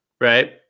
right